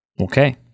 Okay